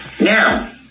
Now